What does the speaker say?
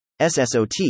SSOT